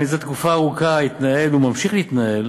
זה תקופה ארוכה התנהל וממשיך להתנהל